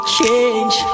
change